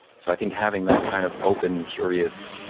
so i think having that kind of open, curious,